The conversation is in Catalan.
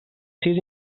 sis